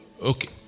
Okay